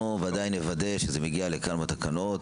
אנחנו ודאי נוודא שזה יגיע לכמה תקנות.